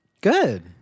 Good